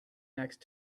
next